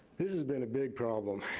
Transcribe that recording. this has been a big problem,